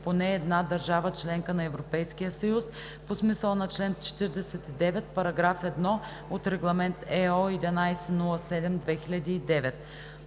поне една държава – членка на Европейския съюз, по смисъла на чл. 49, параграф 1 от Регламент (ЕО) № 1107/2009.”